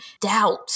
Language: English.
doubt